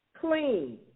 clean